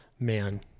Man